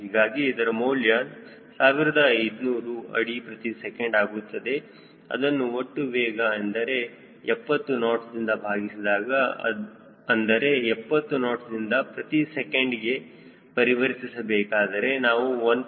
ಹೀಗಾಗಿ ಇದರ ಮೌಲ್ಯವು 1500 ಅಡಿ ಪ್ರತಿ ಸೆಕೆಂಡ್ ಆಗುತ್ತದೆ ಅದನ್ನು ಒಟ್ಟು ವೇಗ ಅಂದರೆ 70 ನಾಟ್ಸ್ ದಿಂದ ಭಾಗಿಸಿದಾಗಅಂದರೆ 70 ನಾಟ್ಸ್ ದಿಂದ ಅಡಿ ಪ್ರತಿ ಸೆಕೆಂಡ್ ಗೆ ಪರಿವರ್ತಿಸಬೇಕಾದರೆ ನಾವು 1